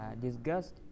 disgust